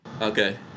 Okay